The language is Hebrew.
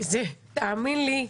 תאמין לי,